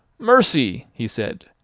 mercy! he said.